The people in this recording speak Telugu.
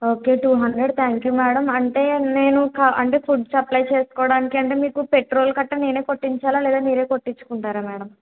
okay two hundred thank you madam అంటే నేను క అంటే ఫుడ్ సప్లై చేసుకోడానికి అంటే మీకు పెట్రోల్ గట్రా నేనే కొట్టించాలా లేదా మీరే కొట్టించుకుంటారా మేడం